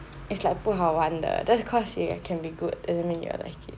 it's like 不好玩的 just because you can be good doesn't mean you will like it